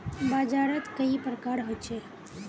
बाजार त कई प्रकार होचे?